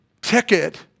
ticket